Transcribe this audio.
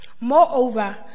Moreover